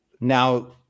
now